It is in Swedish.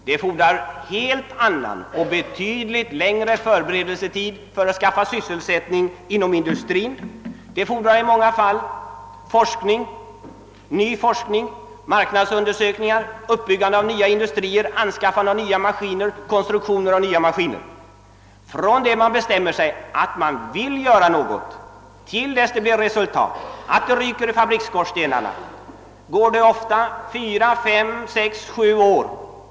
Det fordras helt andra och betydligt längre förberedelsetider för att höja sysselsättningen inom industrin. I många fall fordras det också forskning, marknadsundersökningar, utbyggande av nya industrier samt anskaffande och konstruktion av nya maskiner. Från det att man bestämmer sig för att göra något och till dess att det ryker ur fabriksskorstenarna förflyter det ofta fyra till sju år.